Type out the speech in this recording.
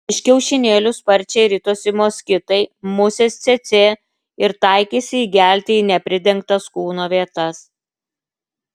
iš kiaušinėlių sparčiai ritosi moskitai musės cėcė ir taikėsi įgelti į nepridengtas kūno vietas